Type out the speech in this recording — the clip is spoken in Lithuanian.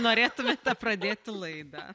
norėtumėte pradėti laidą